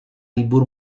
libur